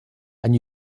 and